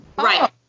Right